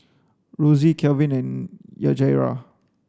Rosey Kalvin and Yajaira